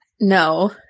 No